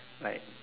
like